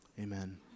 amen